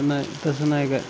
नाही तसं नाही काय